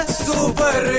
super